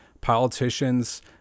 politicians